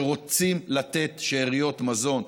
שרוצים לתת שאריות מזון,